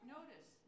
Notice